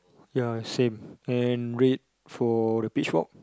ya same and rate for the pitch fork